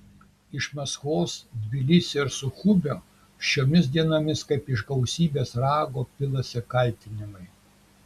iš maskvos tbilisio ir suchumio šiomis dienomis kaip iš gausybės rago pilasi kaltinimai